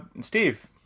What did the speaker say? Steve